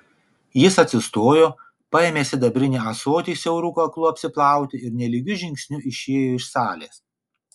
jis atsistojo paėmė sidabrinį ąsotį siauru kaklu apsiplauti ir nelygiu žingsniu išėjo iš salės